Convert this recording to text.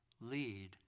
lead